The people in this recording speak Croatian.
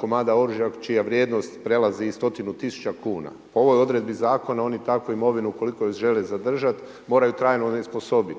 komada oružja čija vrijednost prelazi i stotinu tisuća kuna. Po ovoj odredbi zakona oni takvu imovinu u koliko je žele zadržat moraju trajno onesposobit.